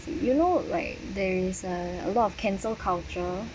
you know like there is a lot of cancel culture